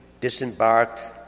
disembarked